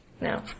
No